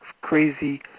crazy